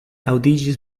aŭdiĝis